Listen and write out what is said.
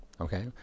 Okay